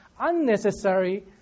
unnecessary